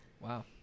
Wow